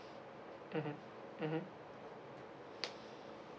mmhmm mmhmm